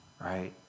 right